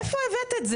מאיפה הבאת את זה?